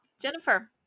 Jennifer